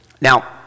Now